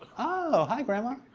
oh, hi grandma!